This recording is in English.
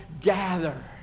gather